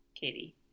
Katie